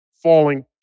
falling